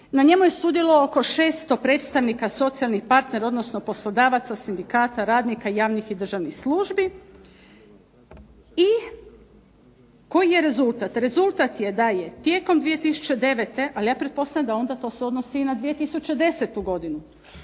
na njemu je sudjelovao oko 600 predstavnika socijalnih partnera, odnosno poslodavaca, sindikata, radnika i javnih i državnih službi i koji je rezultat? Rezultat je da je tijekom 2009., ali ja pretpostavljam da onda to se odnosi i na 2010. godinu,